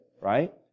right